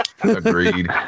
Agreed